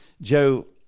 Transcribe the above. Joe